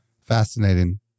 fascinating